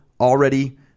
already